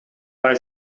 bei